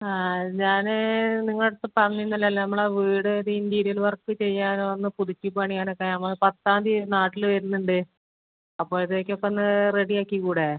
ആ ഞാൻ നിങ്ങളുടെ അടുത്ത് പറഞ്ഞിനെല്ലോ നമ്മളെ വീട് ഇൻറീരിയർ വർക്ക് ചെയ്യാനും ഒന്ന് പുതുക്കി പണിയാനൊക്കെ നമ്മൾ പത്താം തീയതി നാട്ടിൽ വരുന്നുണ്ട് അപ്പോൾ അതൊക്കെ ഒന്ന് റെഡി ആക്കിക്കൂടേ